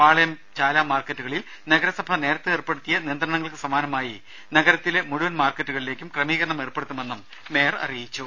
പാളയം ചാല മാർക്കറ്റുകളിൽ നഗരസഭ നേരത്തെ ഏർപ്പെടുത്തിയ നിയന്ത്രണങ്ങൾക്ക് സമാനമായി നഗരത്തിലെ മുഴുവൻ മാർക്കറ്റുകളിലും ക്രമീകരണം ഏർപ്പെടുത്തുമെന്നും മേയർ പറഞ്ഞു